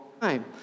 time